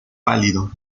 pálido